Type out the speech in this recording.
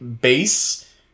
base